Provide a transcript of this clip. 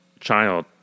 child